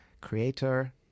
creator